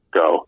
go